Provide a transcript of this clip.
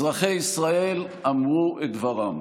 אזרחי ישראל אמרו את דברם.